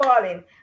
falling